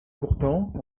pourtant